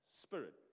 spirit